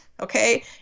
Okay